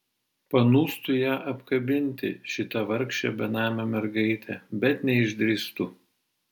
panūstu ją apkabinti šitą vargšę benamę mergaitę bet neišdrįstu